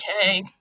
okay